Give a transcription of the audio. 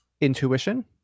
intuition